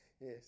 Yes